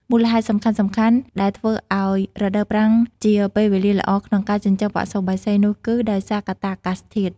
មូលហេតុសំខាន់ៗដែលធ្វើឲ្យរដូវប្រាំងជាពេលវេលាល្អក្នុងការចិញ្ចឹមបសុបក្សីនោះគីដោយសារកត្តាអាកាសធាតុ។